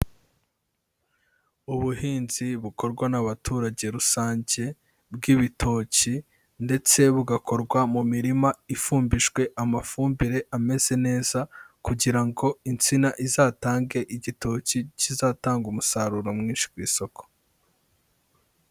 Ubuhinzi bukorwa n'abaturage rusange bw'ibitoki ndetse bugakorwa mu mirima ifumbijwe amafumbire ameze neza kugira ngo insina izatange igitoki kizatanga umusaruro mwinshi ku isoko.